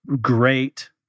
great